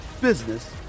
business